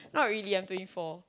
not really I'm twenty four